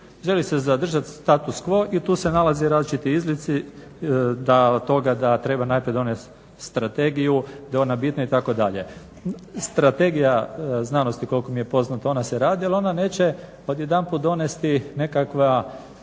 želi se zadržati status quo i tu se nalaze različiti izlici od toga da treba najprije donesti strategiju, da je ona bitna itd. Strategija znanosti koliko mi je poznato ona se radila ona neće odjedanputa donesti nekakva